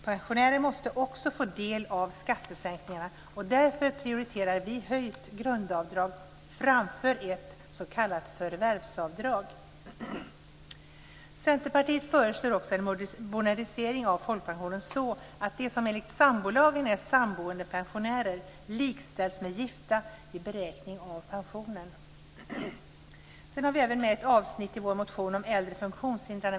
Pensionärer måste också få del av skattesänkningarna och därför prioriterar vi höjt grundavdrag framför ett s.k. förvärvsavdrag. Centerpartiet föreslår också en modernisering av folkpensionen så att de som enligt sambolagen är samboendepensionärer likställs med gifta vid beräkning av pensionen. Vi har även ett avsnitt i vår motion om äldre funktionshindrade.